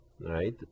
right